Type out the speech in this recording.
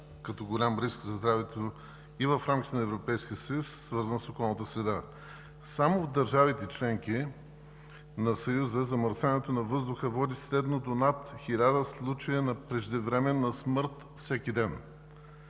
като голям риск за здравето и в рамките на Европейския съюз, свързан с околната среда. Само в държавите – членки на Съюза, замърсяването на въздуха води средно до над 1000 случая на преждевременна смърт всеки ден,